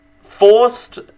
forced